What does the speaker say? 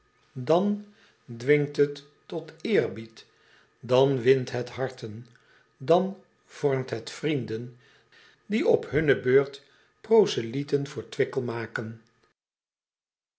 eel dwingt het tot eerbied dan wint het harten dan vormt het vrienden die op hunne beurt proselyten voor wickel maken